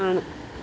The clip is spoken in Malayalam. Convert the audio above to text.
ആണ്